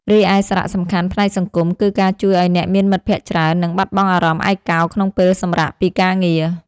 រីឯសារៈសំខាន់ផ្នែកសង្គម គឺការជួយឱ្យអ្នកមានមិត្តភក្តិច្រើន និងបាត់បង់អារម្មណ៍ឯកោក្នុងពេលសម្រាកពីការងារ។